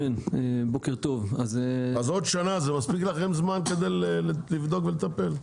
אז עוד שנה זה מספיק זמן בשבילכם כדי לבדוק ולטפל?